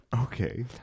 Okay